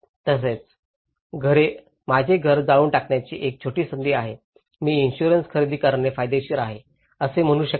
तसेच माझे घर जाळून टाकण्याची एक छोटी संधी आहे मी इन्शुरन्स खरेदी करणे फायदेशीर आहे असे म्हणू शकत नाही